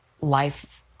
life